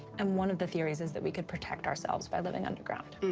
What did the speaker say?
and one of the theories is that we could protect ourselves by living underground.